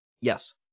yes